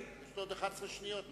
יש לך עוד 11 שניות.